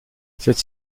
cette